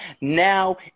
now